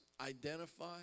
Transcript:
Identify